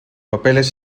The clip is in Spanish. papeles